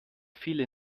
viele